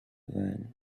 van